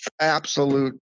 absolute